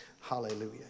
Hallelujah